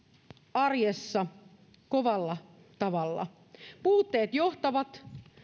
arjessa kovalla tavalla puutteet johtuvat